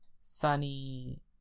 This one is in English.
Sunny